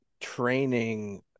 training